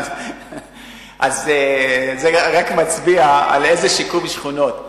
זה רק מצביע על איזה שיקום שכונות.